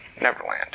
Neverland